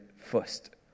first